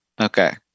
Okay